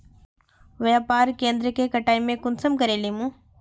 व्यापार केन्द्र के कटाई में कुंसम करे लेमु?